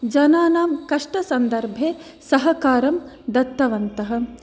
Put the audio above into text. जनानां कष्टसन्दर्भे सहकारं दत्तवन्तः